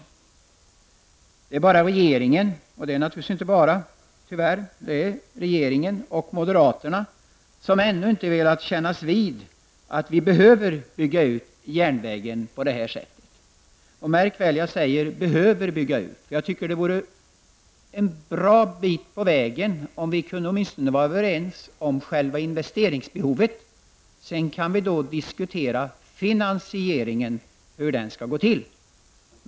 Det är bara regeringen -- det är tyvärr naturligtvis inte ''bara'' -- och moderaterna som ännu inte velat kännas vid att vi behöver bygga ut järnvägen på detta sätt. Märk väl att jag säger ''behöver'' bygga ut. Jag tycker att vi skulle kunna komma en bra bit på väg om vi åtminstone var överens om själva investeringsbehovet, sedan kan vi diskutera hur finansieringen skall gå till.